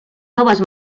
noves